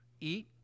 eat